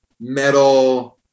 metal